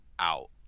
out